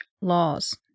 Laws